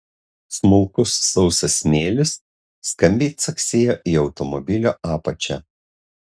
smulkus sausas smėlis skambiai caksėjo į automobilio apačią